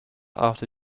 after